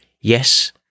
Yes